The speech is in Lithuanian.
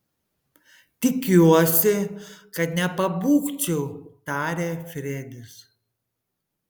tikiuosi kad nepabūgčiau tarė fredis